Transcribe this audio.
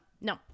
no